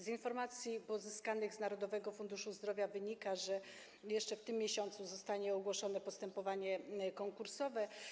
Z informacji pozyskanych z Narodowego Funduszu Zdrowia wynika, że jeszcze w tym miesiącu zostanie ogłoszone postępowanie konkursowe.